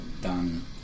done